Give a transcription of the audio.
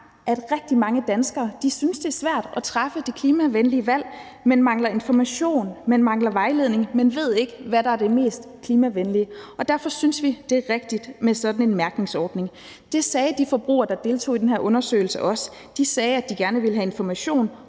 at rigtig mange danskere synes, det er svært at træffe det klimavenlige valg. Man mangler information, man mangler vejledning, man ved ikke, hvad der er det mest klimavenlige, og derfor synes vi, det er rigtigt med sådan en mærkningsordning. Det sagde de forbrugere, der deltog i den her undersøgelse, også. De sagde, at de gerne ville have information